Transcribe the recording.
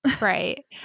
Right